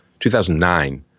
2009